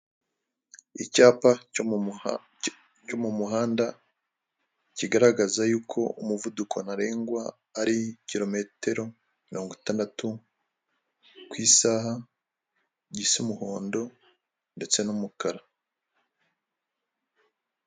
Icyapa cyo mu muhanda kigaragaza yuko umuvuduko ntarengwa, ari kilometero mirongo itandatu ku isaha, gis'umuhondo ndetse n'umukara.